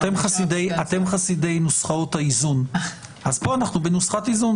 אתם חסידי נוסחאות האיזון אז פה אנו בנוסחת איזון.